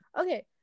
Okay